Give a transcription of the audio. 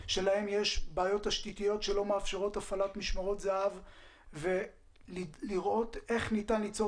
יש בעיות תשתיתיות שלא מאפשרות הפעלת משמרות זהב ולראות איך ניתן ליצור